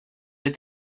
des